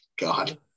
god